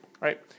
Right